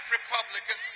Republican